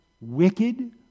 wicked